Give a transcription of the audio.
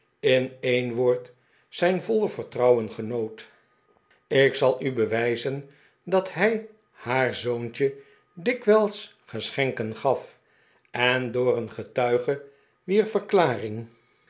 in een woord zijn voile vertrouwen genoot ik zal u bewijzen dat hij haar zoontje dikwijls geschenken gaf en door een getuige wier verklaring